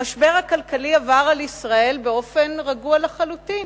המשבר הכלכלי עבר על ישראל באופן רגוע לחלוטין.